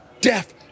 death